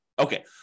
Okay